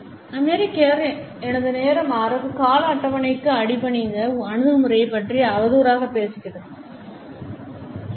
அமெரிக்கர் எனது நேரம் அரபு கால அட்டவணைகளுக்கு அடிபணிந்த அணுகுமுறையைப் பற்றி அவதூறாகப் பேசுகிறது உடனடி இருந்தால் மட்டுமே இந்த வெளிப்பாட்டைப் பயன்படுத்தும்